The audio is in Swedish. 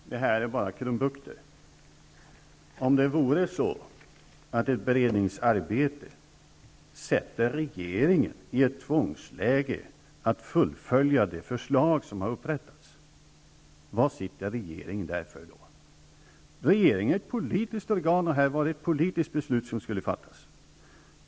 Fru talman! Det här är bara krumbukter. Om det är så att ett beredningsarbete sätter regeringen i ett tvångsläge att fullfölja det förslag som har beretts -- varför sitter regeringen då där? Regeringen är ett politiskt organ, och här var det ett politiskt beslut som skulle fattas.